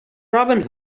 robin